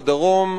בדרום,